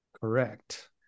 Correct